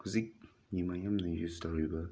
ꯍꯧꯖꯤꯛ ꯃꯤ ꯃꯌꯥꯝꯅ ꯌꯨꯖ ꯇꯧꯔꯤꯕ